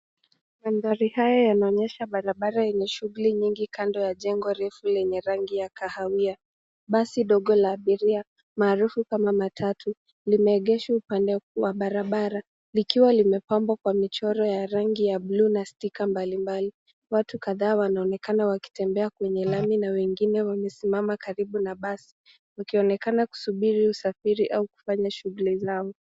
Mandhari haya yanaonyesha barabara yenye shughuli nyingi kando ya jengo refu lenye rangi ya kahawia. Basi ndogo la abiria maarufu kama matatu, limeegeshwa upande wa barabara likiwa limepambwa kwa michoro ya rangi ya buluu na sticker mbalimbali. Watu kadhaa wanaonekana wakitembea kwenye lami na wengine wamesimama karibu na basi. Wakionekana kusubiri kusafiri au kufanya shughuli zao.